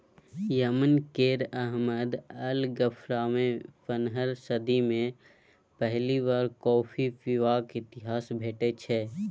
Yemen केर Ahmed al गफ्फारमे पनरहम सदी मे पहिल बेर कॉफी पीबाक इतिहास भेटै छै